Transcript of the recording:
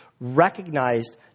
recognized